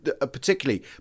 particularly